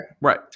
Right